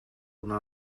una